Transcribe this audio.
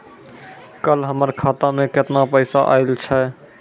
कल हमर खाता मैं केतना पैसा आइल छै?